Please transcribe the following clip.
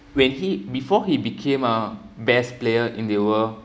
when he before he became a best player in the world